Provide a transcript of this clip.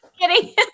kidding